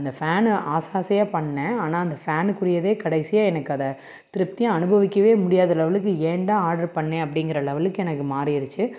அந்த ஃபேனு ஆசை ஆசையாக பண்ணேன் ஆனால் அந்த ஃபேனுக்குரியதே கடைசியாக எனக்கு அதை திருப்தியாக அனுபவிக்கவே முடியாத லெவலுக்கு ஏன்டா ஆர்ட்ரு பண்ணேன் அப்படிங்கற லெவலுக்கு எனக்கு மாறிருச்சு